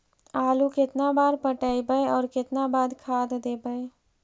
आलू केतना बार पटइबै और केतना बार खाद देबै?